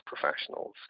professionals